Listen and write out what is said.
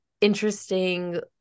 interesting